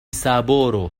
سابورو